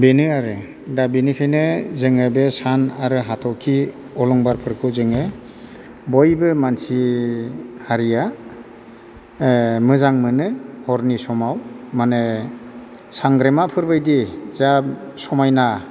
बेनो आरो दा बिनिखायनो जोङो बे सान आरो हाथरखि अलंबारफोरखौ जोङो बयबो मानसि हारिया ओ मोजां मोनो हरनि समाव माने सांग्रेमाफोरबायदि जा समायना